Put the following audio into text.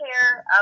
care